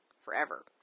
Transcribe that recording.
Forever